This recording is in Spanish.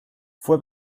fue